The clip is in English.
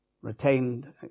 retained